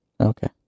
Okay